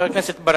חבר הכנסת ברכה.